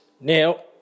Now